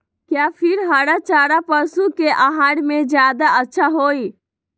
या फिर हरा चारा पशु के आहार में ज्यादा अच्छा होई?